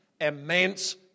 Immense